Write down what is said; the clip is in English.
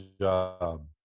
job